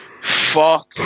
Fuck